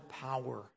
power